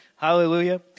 Hallelujah